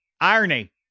irony